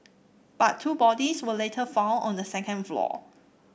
but two bodies were later found on the second floor